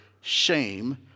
shame